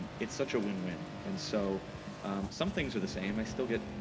it's such a win-win. and so some things are the same. i still get,